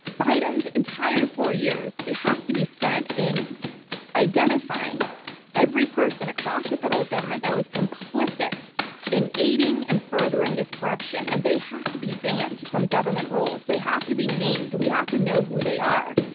biden's entire four years, it has to be spent identifying every person across the federal government that was complicit in aiding and furthering this corruption. and they have to be banned from government roles. they have to be named. we have to know who they are,